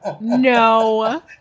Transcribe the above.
no